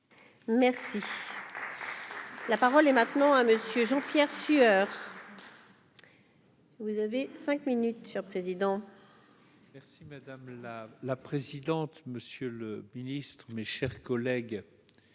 Merci, la parole est maintenant à monsieur Jean-Pierre Sueur. Vous avez 5 minutes sur président. Merci madame la la présidente, monsieur le Ministre, mes chers collègues,